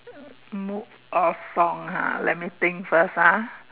mo~ a song ha let me think first ah